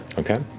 okay.